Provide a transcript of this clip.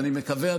ואני מקווה,